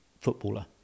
footballer